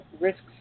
risks